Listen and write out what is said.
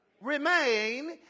remain